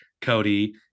Cody